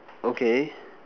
okay